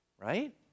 right